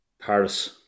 Paris